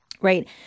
Right